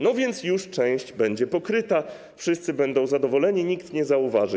No więc już część będzie pokryta, wszyscy będą zadowoleni, nikt nie zauważy.